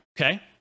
Okay